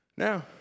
Now